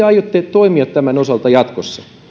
aiotte toimia tämän osalta jatkossa